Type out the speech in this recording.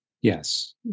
Yes